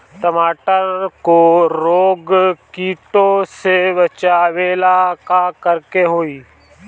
टमाटर को रोग कीटो से बचावेला का करेके होई?